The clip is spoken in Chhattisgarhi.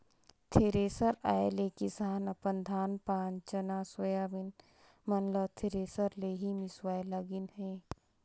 थेरेसर आए ले किसान अपन धान पान चना, सोयाबीन मन ल थरेसर ले ही मिसवाए लगिन अहे